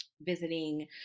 visiting